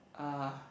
ah